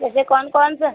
वैसे कौन कौनस